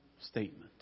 statement